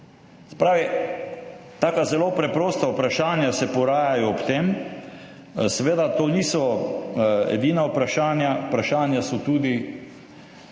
pravi, taka zelo preprosta vprašanja se porajajo ob tem. Seveda, to niso edina vprašanja. Vprašanja so tudi